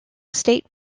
state